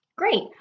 Great